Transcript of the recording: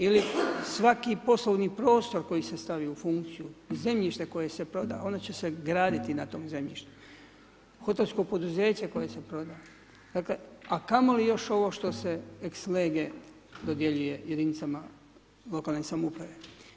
Ili svaki poslovni prostor koji se stavi u funkciju i zemljište koje se proda, ona će se graditi na tom zemljištu, hotelsko poduzeće koje se proda, dakle a kamoli još ovo što se ex lege dodjeljuje jedinicama lokalne samouprave.